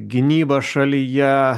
gynyba šalyje